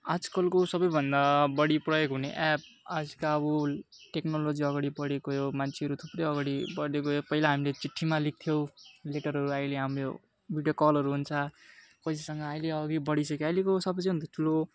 आजकलको सबैभन्दा बढी प्रयोग हुने एप आज का टेक्नोलोजी अगाडि बढेको यो मान्छेहरू थुप्रै अगाडि बढ्दै गयो पहिला हामीले चिठीमा लेख्थ्यौँ लेटारहरू अहिले हाम्रो भिडियो कलहरू हुन्छ कसैसँग अहिले अघि बढिसक्यो अहिलेको सबैभन्दा ठुलो